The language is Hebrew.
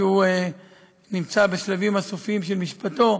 כשהוא נמצא בשלבים הסופיים של משפטו,